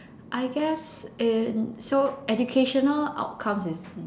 I guess in so educational outcomes is mm